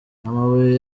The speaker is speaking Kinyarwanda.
amabuye